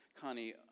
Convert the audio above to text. Connie